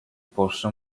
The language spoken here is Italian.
possa